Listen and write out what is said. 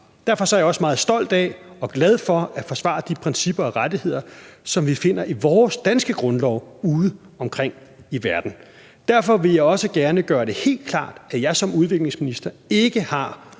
Derfor er jeg også meget stolt af og glad for at forsvare de principper og rettigheder, som vi finder i vores danske grundlov, udeomkring i verden. Derfor vil jeg også gerne gøre det helt klart, at jeg som udviklingsminister ikke har